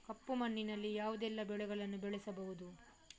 ಕಪ್ಪು ಮಣ್ಣಿನಲ್ಲಿ ಯಾವುದೆಲ್ಲ ಬೆಳೆಗಳನ್ನು ಬೆಳೆಸಬಹುದು?